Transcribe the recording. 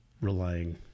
relying